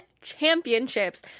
Championships